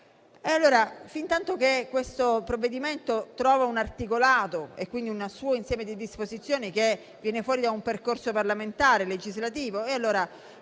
fintanto che questo provvedimento trova un articolato e quindi un suo insieme di disposizioni che viene fuori da un percorso legislativo